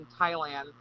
Thailand